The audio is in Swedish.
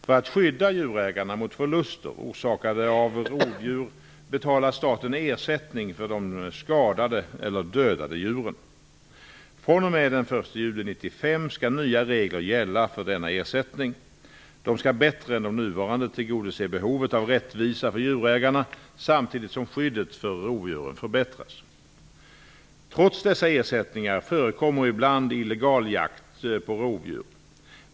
För att skydda djurägarna mot förluster orsakade av rovdjur betalar staten ersättning för de skadade eller dödade djuren. fr.o.m. den 1 juli 1995 skall nya regler gälla för denna ersättning. De skall bättre än de nuvarande tillgodose behovet av rättvisa för djurägarna samtidigt som skyddet för rovdjuren förbättras. Trots dessa ersättningar förekommer ibland illegal jakt på rovdjur.